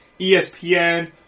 ESPN